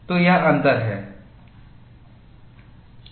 तो यह अंतर है